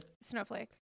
snowflake